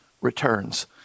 returns